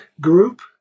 group